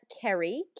kerry